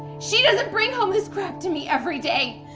she doesn't bring home this crap to me every day.